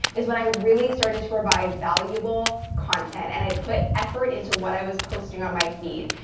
is when i really started to provide valuable content, and i put effort into what i was posting on my feed.